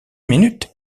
minute